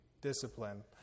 discipline